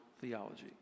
theology